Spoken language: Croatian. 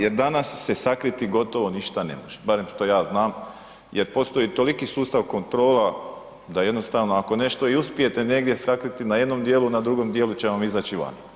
Jer danas se sakriti gotovo ništa ne može, barem što ja znam jer postoji toliki sustav kontrola da jednostavno ako nešto i uspijete negdje sakriti na jednom dijelu, na drugom dijelu će vam izaći van.